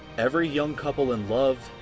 every young couple in love.